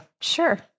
sure